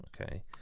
Okay